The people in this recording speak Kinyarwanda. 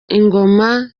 ingoma